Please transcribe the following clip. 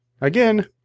Again